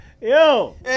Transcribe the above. Yo